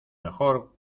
mejor